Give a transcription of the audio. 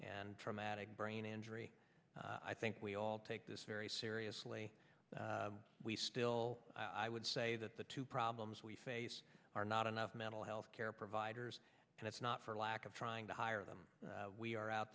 and traumatic brain injury i think we all take this very seriously we still i would say that the two problems we face are not enough mental health care providers and it's not for lack of trying to hire them we are out